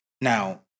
Now